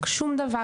שום דבר.